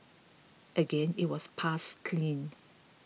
again it was passed clean